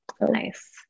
nice